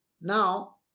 Now